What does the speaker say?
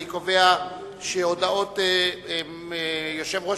אנחנו עוברים להצבעה על הודעתו של יושב-ראש